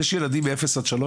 יש ילדים מ-0-3,